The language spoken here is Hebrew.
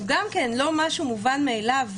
הוא גם כן לא משהו מובן מאליו,